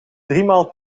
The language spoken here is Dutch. driemaal